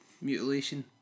mutilation